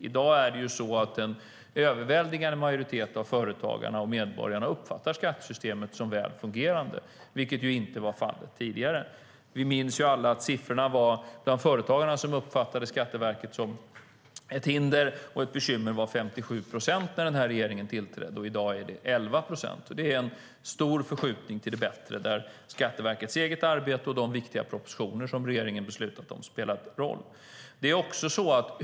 I dag uppfattar en överväldigande majoritet av företagarna och medborgarna skattesystemet som väl fungerande, vilket inte var fallet tidigare. Vi minns ju alla att bland företagarna var det 57 procent som uppfattade Skatteverket som ett hinder och ett bekymmer när den här regeringen tillträdde, och i dag är det 11 procent. Det är en stor förskjutning till det bättre där Skatteverkets eget arbete och de viktiga propositioner som regeringen beslutat om spelat roll.